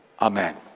Amen